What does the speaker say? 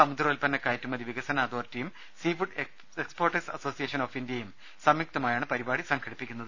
സമുദ്രോൽപ്പന കയറ്റുമതി വികസന അതോറിറ്റിയും സീഫുഡ് എക്സ്പോർട്ടേഴ്സ് അസോസിയേഷൻ ഓഫ് ഇന്ത്യയും സംയുക്തമായാണ് പരിപാടി സംഘടിപ്പിക്കുന്നത്